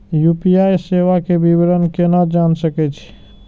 UPI सेवा के विवरण केना जान सके छी?